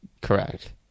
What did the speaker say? Correct